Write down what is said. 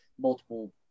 multiple